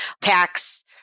tax